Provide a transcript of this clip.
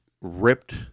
ripped